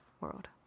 world